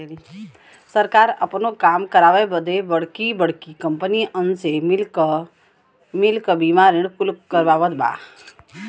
सरकार आपनो काम करावे बदे बड़की बड़्की कंपनीअन से मिल क बीमा ऋण कुल करवावत बा